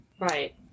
Right